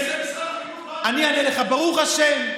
ברוך השם,